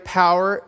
power